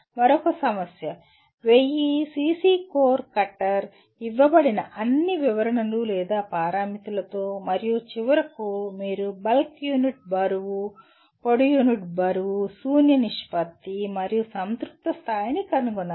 మరొక సమస్య 1000 CC core cutter ఇవ్వబడిన అన్ని వివరణలు లేదా పారామితులతో మరియు చివరకు మీరు బల్క్ యూనిట్ బరువు పొడి యూనిట్ బరువు శూన్య నిష్పత్తి మరియు సంతృప్త స్థాయిని కనుగొనాలి